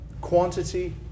Quantity